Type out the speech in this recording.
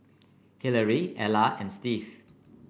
Hillary Ella and Steve